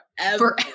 forever